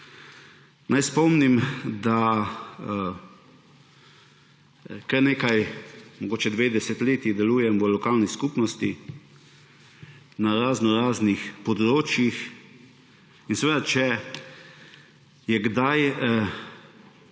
naj spomnim, da kar nekaj časa, mogoče dve desetletji, delujem v lokalni skupnosti na raznoraznih področjih. In če so kdaj